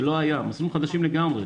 חדשים לגמרי,